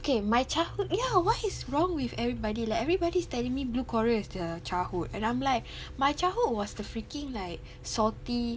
okay my childhood ya what is wrong with everybody like everybody's telling me blue coral is their childhood and I'm like my childhood was the freaking like salty